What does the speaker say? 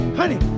honey